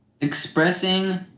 expressing